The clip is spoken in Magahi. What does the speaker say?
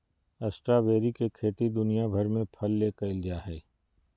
स्ट्रॉबेरी के खेती दुनिया भर में फल ले कइल जा हइ